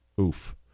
Oof